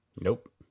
Nope